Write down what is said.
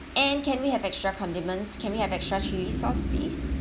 and can we have extra condiments can we have extra chilli sauce please